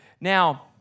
Now